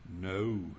No